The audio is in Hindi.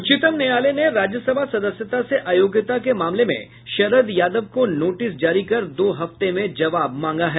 उच्चतम न्यायालय ने राज्यसभा सदस्यता से अयोग्यता के मामले में शरद यादव को नोटिस जारी कर दो हफ्ते में जवाब मांगा है